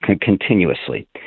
continuously